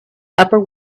upper